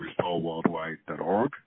RestoreWorldwide.org